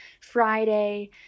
Friday